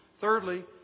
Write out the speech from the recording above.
Thirdly